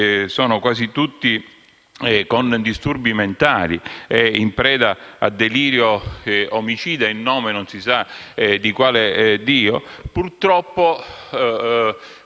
hanno, quasi tutti, disturbi mentali, in preda al delirio omicida in nome non si sa di quale dio, che purtroppo